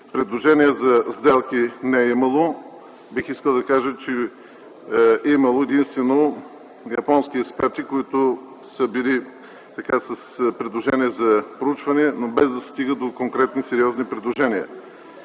предложения за сделки не е имало. Бих искал да кажа, че е имало единствено японски експерти, които са били с предложения за проучване, но без да се стига до конкретни сериозни предложения.